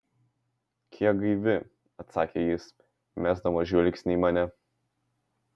kiek gaivi atsakė jis mesdamas žvilgsnį į mane